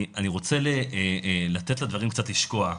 אני רוצה לתת לדברים קצת לשקוע,